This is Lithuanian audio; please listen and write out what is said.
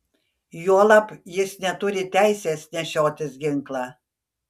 juolab jis neturi teisės nešiotis ginklą